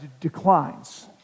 declines